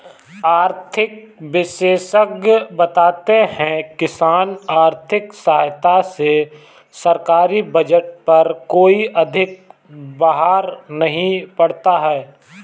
आर्थिक विशेषज्ञ बताते हैं किसान आर्थिक सहायता से सरकारी बजट पर कोई अधिक बाहर नहीं पड़ता है